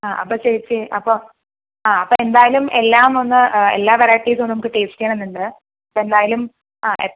ആ അപ്പൊ ചേച്ചി അപ്പൊ ആ അപ്പൊ എന്തായാലും എല്ലാമൊന്ന് എല്ലാ വെറൈറ്റീസും നമുക്ക് ടേസ്റ്റ് ചെയ്യണമെന്നുണ്ട് അപ്പൊ എന്തായാലും ആ